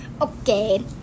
Okay